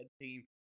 team